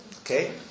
Okay